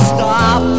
Stop